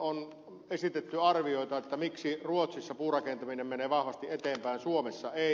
on esitetty arvioita miksi ruotsissa puurakentaminen menee vahvasti eteenpäin suomessa ei